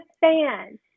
fan